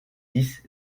dix